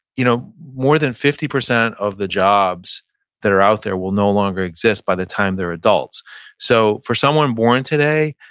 you know more than fifty percent of the jobs that are out there will no longer exist by the time they're adults so for someone born today,